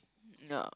no